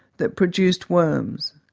that produced worms.